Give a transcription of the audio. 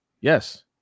yes